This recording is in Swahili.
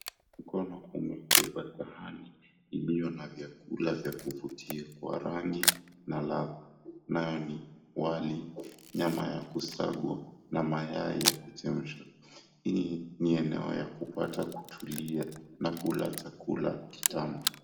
Mkono umebeba sahani, iliyo na vyakula vya kuvutia kwa rangi na ladha. Nayo ni wali, nyama ya kusagwa, na mayai ya kuchemsha. Hii ni eneo ya kupata kutulia, na kula chakula kitamu.